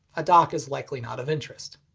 a dock is likely not of interest.